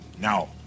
Now